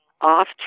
off